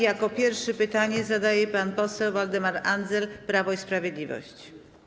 Jako pierwszy pytanie zadaje pan poseł Waldemar Andzel, Prawo i Sprawiedliwość.